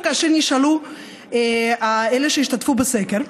כאשר נשאלו אלה שהשתתפו בסקר,